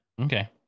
Okay